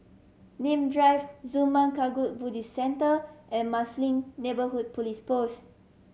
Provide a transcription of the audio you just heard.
Nim Drive Zurmang Kagyud Buddhist Centre and Marsiling Neighbourhood Police Post